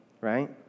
Right